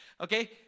Okay